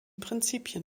prinzipien